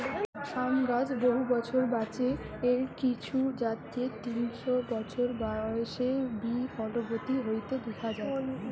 আম গাছ বহু বছর বাঁচে, এর কিছু জাতকে তিনশ বছর বয়সে বি ফলবতী হইতে দিখা যায়